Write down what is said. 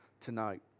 tonight